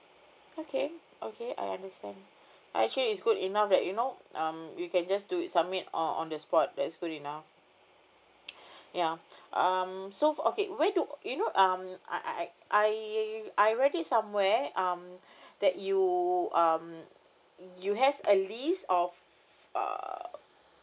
okay okay I understand uh actually is good enough that you know um you can just do it submit on on the spot that is good enough ya um so okay where do you know um I I I I I read this somewhere um that you um you has a list of uh